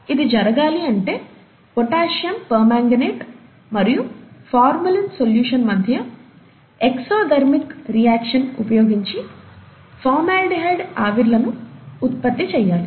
ఇది జరగాలి అంటే పొటాషియం పేర్మన్గనేట్ మరియు ఫార్మలిన్ సొల్యూషన్ మధ్య ఎక్సోథర్మిక్ రియాక్షన్ ఉపయోగించి ఫార్మల్డిహైడ్ ఆవిర్లను ఉత్పత్తి చేయాలి